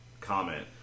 comment